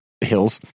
hills